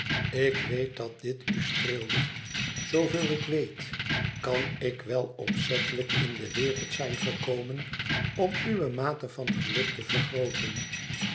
ik weet dat dit u streelt zooveel ik weet kan ik wel opzettelijk in de wereld zijn gekomen om uwe mate van geluk te vergrooten